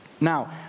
now